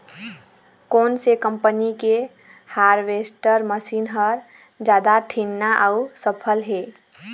कोन से कम्पनी के हारवेस्टर मशीन हर जादा ठीन्ना अऊ सफल हे?